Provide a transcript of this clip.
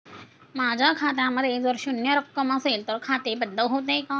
माझ्या खात्यामध्ये जर शून्य रक्कम असेल तर खाते बंद होते का?